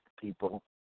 people